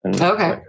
Okay